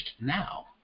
now